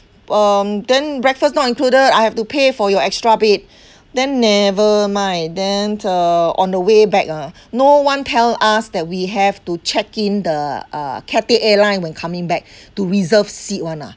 um then breakfast not included I have to pay for your extra bed then never mind then uh on the way back ah no one tell us that we have to check-in the uh Cathay airline when coming back to reserve seat [one] ah